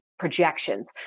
projections